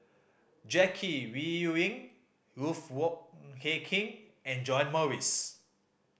Jackie Yi Ru Ying Ruth Wong Hie King and John Morrice